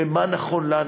במה נכון לנו.